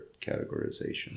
categorization